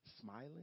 smiling